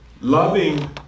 Loving